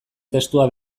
testua